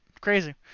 crazy